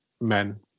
men